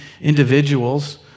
individuals